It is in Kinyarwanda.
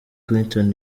clinton